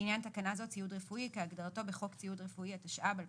לעניין תקנה זו "ציוד רפואי" כהגדרתו בחוק ציוד רפואי התשע"ב-2012.